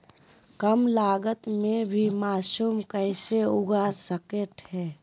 कम लगत मे भी मासूम कैसे उगा स्केट है?